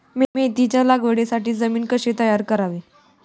मेथीच्या लागवडीसाठी जमीन कशी तयार करावी?